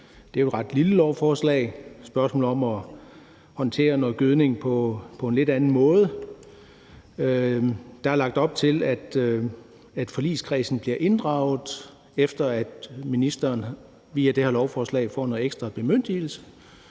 Det er jo et ret lille lovforslag; det er et spørgsmål om at håndtere noget gødning på en lidt anden måde. Der er lagt op til, at forligskredsen bliver inddraget, efter at ministeren via det her lovforslag får noget ekstra bemyndigelse,